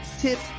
tips